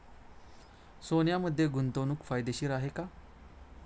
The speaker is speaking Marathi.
सोन्यामध्ये गुंतवणूक फायदेशीर आहे का?